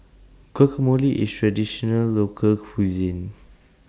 Guacamole IS A Traditional Local Cuisine